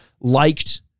liked